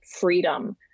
freedom